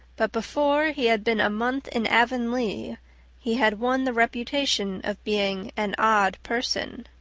but before he had been a month in avonlea he had won the reputation of being an odd person.